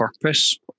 purpose